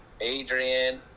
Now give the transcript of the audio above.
Adrian